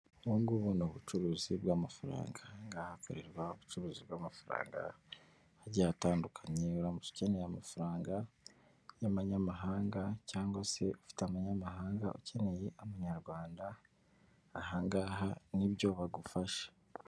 Ubu ngubu ni ubucuruzi bw'amafaranga, aha ngaha hakorerwa ubucuruzi bw'amafaranga agiye atandukanye, uramutse ukeneye amafaranga y'abanyamahanga cyangwa se ufite umunyamahanga, ukeneye amanyarwanda aha ngaha nibyo bagufasha.